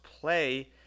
play